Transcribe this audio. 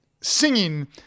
singing